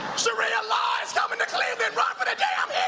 sharia law is coming to kind of and but